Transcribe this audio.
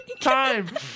Time